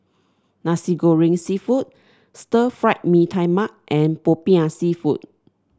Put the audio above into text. Nasi Goreng seafood Stir Fried Mee Tai Mak and popiah seafood